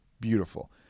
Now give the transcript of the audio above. beautiful